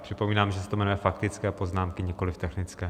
Připomínám, že se to jmenuje faktické poznámky, nikoliv technické.